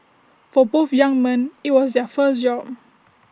for both young men IT was their first job